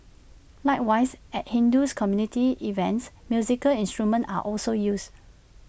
likewise at Hindu community events musical instruments are also used